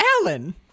Alan